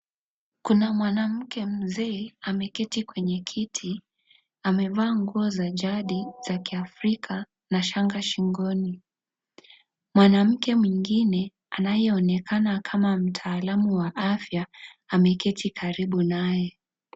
Kuna mwanamke mzee ameketi kwenye kiti amevaa nguo za jadi za Kiafrika na shanga shingoni, mwanamke mwingine anayeonekana kama mtaalamu wa afya ameketi karibu naye.